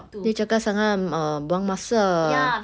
dia cakap sangat err buang masa